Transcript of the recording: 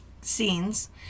scenes